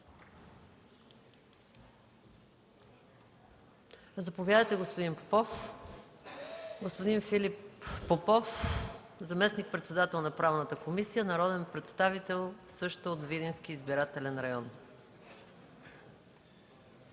Заповядайте, господин Попов. Господин Филип Попов – заместник-председател на Правната комисия, народен представител също от Видински избирателен район.